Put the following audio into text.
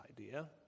idea